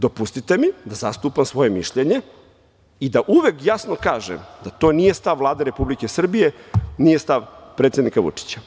Dopustite mi da zastupam svoje mišljenje i da uvek jasno kažem da to nije stav Vlade Republike Srbije, nije stav predsednika Vučića.